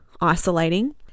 isolating